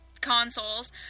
consoles